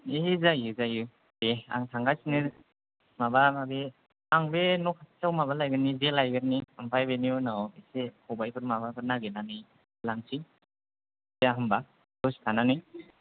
दे जायो जायो दे आं थांगासिनो माबा माबि आं बे न' खाथियाव माबा लायगोरनि जे लायगोरनि ओमफाय बेनि उनाव एसे खबाइफोर माबाफोर नागिरनानै लांसै जाया होमबा दसे थानानै